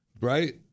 Right